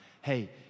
Hey